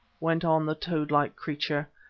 went on the toad-like creature.